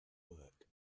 work